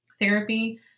therapy